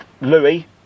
Louis